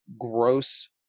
gross